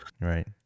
right